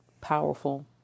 powerful